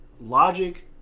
logic